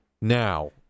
Now